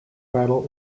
title